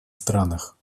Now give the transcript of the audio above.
странах